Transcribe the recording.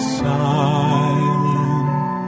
silent